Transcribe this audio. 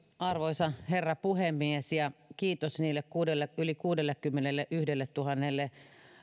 arvoisa herra puhemies kiitos niille yli kuudellekymmenelletuhannelle